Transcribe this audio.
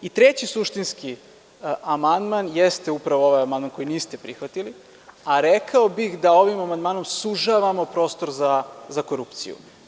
I treći suštinski amandman jeste upravo ovaj amandman koji niste prihvatili, a rekao bih da ovim amandmanom sužavamo prostor za korupciju.